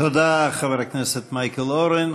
תודה, חבר הכנסת מייקל אורן.